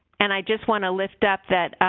and i just want to lift up that